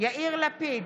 יאיר לפיד,